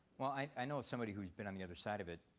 well, i know somebody who's been on the other side of it,